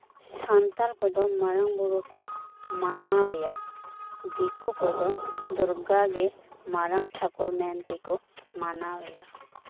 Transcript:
ᱥᱟᱱᱛᱟᱲ ᱠᱚᱫᱚ ᱢᱟᱨᱟᱝ ᱵᱩᱨᱩ ᱠᱚ ᱢᱟᱱᱟᱣ ᱮᱭᱟ ᱫᱮᱠᱳ ᱫᱚ ᱫᱩᱨᱜᱟ ᱜᱮ ᱢᱟᱨᱟᱝ ᱴᱷᱟᱹᱠᱩᱨ ᱢᱮᱱᱛᱮ ᱠᱚ ᱢᱟᱱᱟᱣ ᱮᱭᱟ